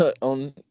on